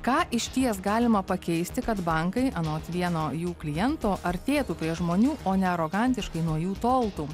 ką išties galima pakeisti kad bankai anot vieno jų kliento artėtų prie žmonių o ne arogantiškai nuo jų toltų